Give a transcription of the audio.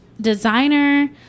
designer